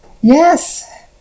Yes